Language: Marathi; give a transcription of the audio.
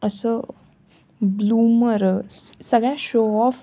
असं ब्लूमरर्स सगळा शोऑफ